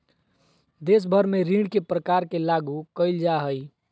देश भर में ऋण के प्रकार के लागू क़इल जा हइ